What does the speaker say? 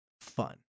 fun